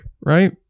right